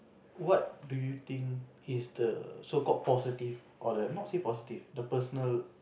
what do you think is the so called positive or the not say positive the personal